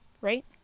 right